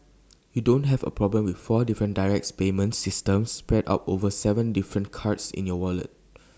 you don't have A problem with four different direct payment systems spread out over Seven different cards in your wallet